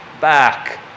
back